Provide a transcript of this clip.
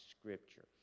Scripture